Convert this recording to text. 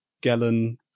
gallon